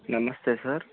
నమస్తే సార్